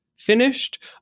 finished